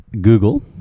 Google